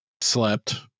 slept